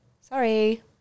Sorry